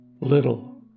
Little